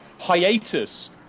hiatus